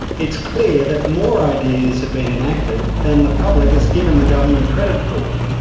it's clear that more ideas have been enacted than the public has given the government credit for.